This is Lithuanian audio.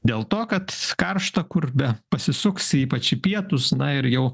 dėl to kad karšta kur be pasisuksi ypač į pietus na ir jau